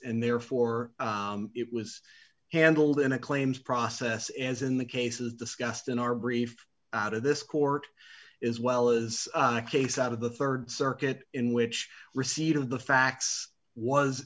and therefore it was handled in a claims process as in the cases discussed in our brief out of this court is well as a case out of the rd circuit in which receipt of the facts was